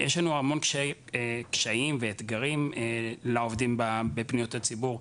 יש לנו המון קשיים ואתגרים לעובדים בפניות הציבור,